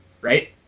Right